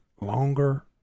longer